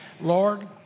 Lord